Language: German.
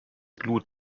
glut